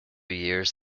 years